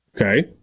Okay